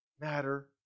matter